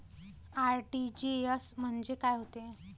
RTGS म्हंजे काय होते?